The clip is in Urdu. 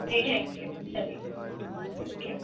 جی تھینک یو چلیے اوکے بائے